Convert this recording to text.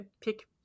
pick